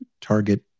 target